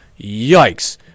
Yikes